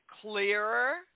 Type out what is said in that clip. clearer